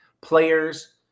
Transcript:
players